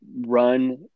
run